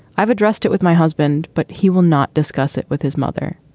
i've addressed it with my husband, but he will not discuss it with his mother.